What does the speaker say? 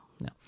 No